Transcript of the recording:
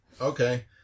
Okay